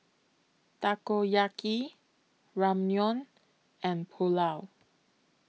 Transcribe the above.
Takoyaki Ramyeon and Pulao